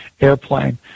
airplane